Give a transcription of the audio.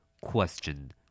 Question